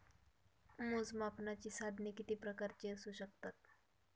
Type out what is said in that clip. मोजमापनाची साधने किती प्रकारची असू शकतात?